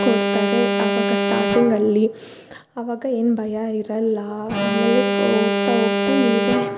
ಕೊಡ್ತಾರೆ ಅವಾಗ ಸ್ಟಾಟಿಂಗಲ್ಲಿ ಅವಾಗ ಏನು ಭಯ ಇರಲ್ಲ ಆಮೇಲೆ ಹೋಗ್ತ ಹೋಗ್ತ ನೀವೇ